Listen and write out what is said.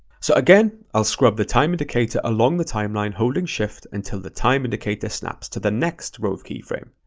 so again, i'll scrub the time indicator along the timeline, holding shift until the time indicator snaps to the next rove keyframe.